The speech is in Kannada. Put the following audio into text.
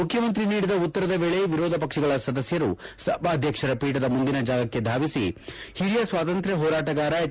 ಮುಖ್ಯಮಂತ್ರಿ ನೀಡಿದ ಉತ್ತರದ ವೇಳೆ ವಿರೋಧ ಪಕ್ಷಗಳ ಸದಸ್ಯರು ಸಭಾಧ್ಯಕ್ಷರ ಪೀಠದ ಮುಂದಿನ ಜಾಗಕ್ಕೆ ಧಾವಿಸಿ ಓರಿಯ ಸ್ವಾತಂತ್ರ್ಯ ಹೋರಾಟಗಾರ ಎಚ್